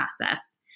process